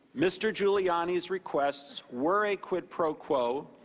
mr. giuliani's requests were a quid pro quo.